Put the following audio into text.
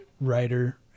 writer